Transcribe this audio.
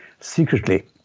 secretly